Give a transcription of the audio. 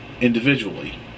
individually